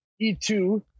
E2